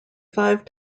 five